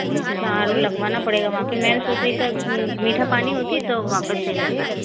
अच्छा आरो लगवाना पड़ेगा वहाँ पे मीठा पानी होती तो वहाँ पे सही रहता